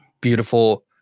beautiful